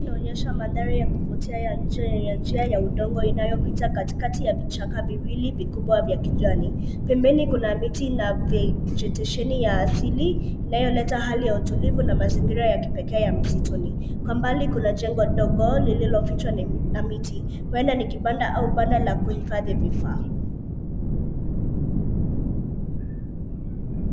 Picha hii inaonyesha mandhari ya kuvutia ya njia ya udongo inayopita katikati ya vichaka viwili vikubwa vya kijani. Pembeni kuna miti na vegetation ya asili inayoleta hali ya utulivu na mazingira ya kipekee ya msituni. Kwa mbali kuna jengo dogo lililofichwa na miti, huenda ni kibanda au banda la kuhifadhi vifaa.